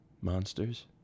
monsters